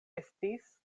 estis